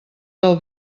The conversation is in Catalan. del